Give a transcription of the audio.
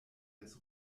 des